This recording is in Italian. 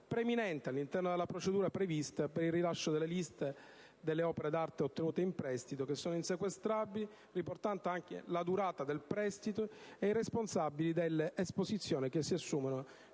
preminente all'interno della procedura prevista per il rilascio della lista delle opere d'arte ottenute in prestito, che sono insequestrabili, riportando anche la durata del prestito e i responsabili delle esposizioni che si assumono